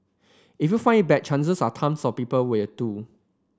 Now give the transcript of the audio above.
if you find it bad chances are tons of people will too